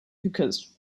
hookahs